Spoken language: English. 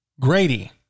Grady